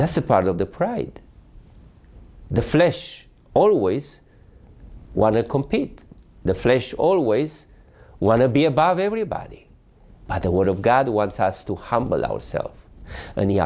that's a part of the pride the flesh always one of compete the flesh always wanna be above everybody but the word of god wants us to humble ourselves and he